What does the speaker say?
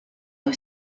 hoy